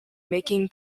making